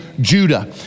Judah